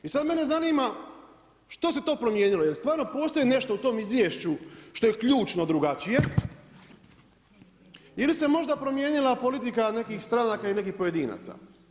I sada mene zanima što se to promijenilo jel stvarno postoji nešto u tom izvješću što je ključno drugačije ili se možda promijenila politika nekih stranaka i nekih pojedinaca?